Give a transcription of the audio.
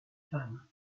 femme